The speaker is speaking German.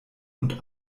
und